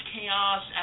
chaos